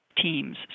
teams